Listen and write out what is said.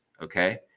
okay